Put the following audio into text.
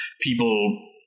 people